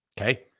Okay